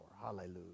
Hallelujah